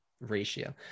ratio